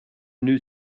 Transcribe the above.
n’en